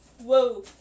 whoa